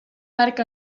parc